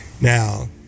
Now